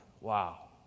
Wow